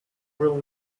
will